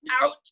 ouch